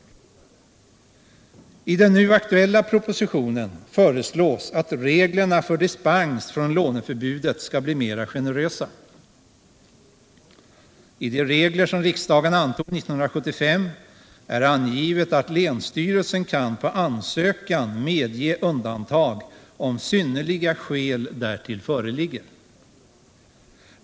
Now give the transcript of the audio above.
I den nu aktuella propositionen föreslås att reglerna för dispens från låneförbudet skall bli mera generösa. I de regler som riksdagen antog 1975 är angivet att länsstyrelsen kan på ansökan medge undantag, om synnerliga skäl därtill föreligger.